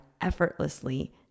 effortlessly